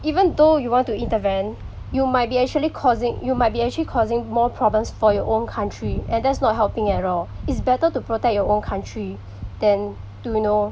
even though you want to intervene you might be actually causing you might be actually causing more problems for your own country and that's not helping at all it's better to protect your own country than to you know